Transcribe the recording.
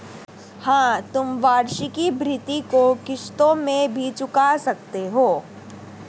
हाँ, तुम वार्षिकी भृति को किश्तों में भी चुका सकते हो